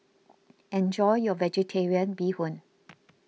enjoy your Vegetarian Bee Hoon